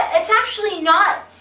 it s actually not,